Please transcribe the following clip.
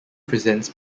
presents